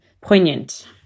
poignant